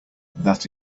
that